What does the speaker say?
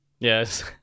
Yes